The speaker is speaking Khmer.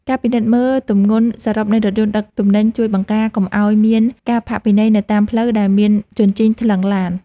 ការពិនិត្យមើលទម្ងន់សរុបនៃរថយន្តដឹកទំនិញជួយបង្ការកុំឱ្យមានការផាកពិន័យនៅតាមផ្លូវដែលមានជញ្ជីងថ្លឹងឡាន។